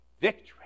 Victory